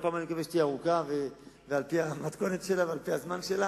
הפעם אני מקווה שתהיה ארוכה ועל-פי המתכונת שלה ועל-פי הזמן שלה.